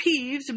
Peeves